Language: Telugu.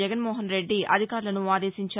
జగన్మోహన్ రెడ్డి అధికారులను ఆదేశించారు